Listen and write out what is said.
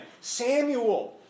Samuel